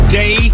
day